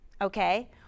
okay